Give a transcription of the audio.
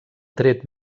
tret